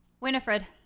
Winifred